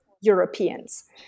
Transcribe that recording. Europeans